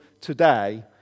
today